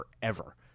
forever